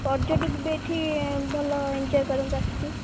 ପର୍ଯ୍ୟଟକ ବି ଏଠି ଭଲ ଏଞ୍ଜୟ୍ କରନ୍ତି ଆସିକି